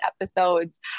episodes